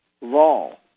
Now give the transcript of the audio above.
law